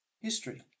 history